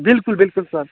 बिल्कुल बिल्कुल सर